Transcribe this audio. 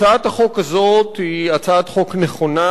הצעת החוק הזאת היא הצעת חוק נכונה.